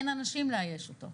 אין אנשים לאייש אותו.